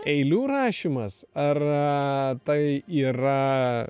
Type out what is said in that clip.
eilių rašymas ar tai yra